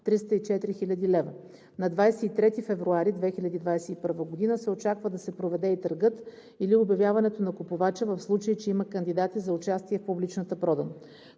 304 хил. лв. На 23 февруари 2021 г. се очаква да се проведе търгът или обявяването на купувача, в случай че има кандидати за участие в публичната продан.